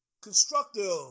constructive